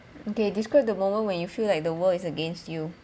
okay describe the moment when you feel like the world is against you